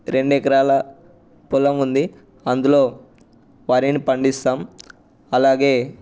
రెండు ఎకరాల పొలం ఉంది అందులో వరిని పండిస్తాం అలాగే